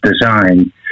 design